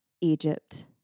Egypt